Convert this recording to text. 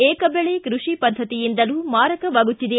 ಏಕಬೆಳೆ ಕೃಷಿ ಪದ್ಧತಿಯಿಂದಲೂ ಮಾರಕವಾಗುತ್ತಿದೆ